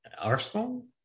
Arsenal